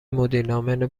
مدیرعامل